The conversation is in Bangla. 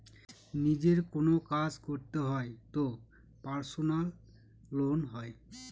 নিজের কোনো কাজ করতে হয় তো পার্সোনাল লোন হয়